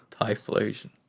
Typhlosion